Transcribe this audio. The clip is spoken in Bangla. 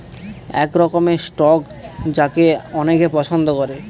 এক রকমের স্টক যাকে অনেকে পছন্দ করে